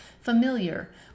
familiar